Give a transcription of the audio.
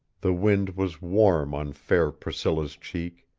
the wind was warm on fair priscilla's cheek.